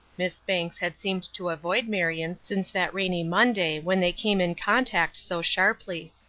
miss banks had seemed to avoid marion since that rainy monday when they came in contact so sharply.